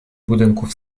budynków